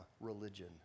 religion